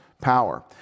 power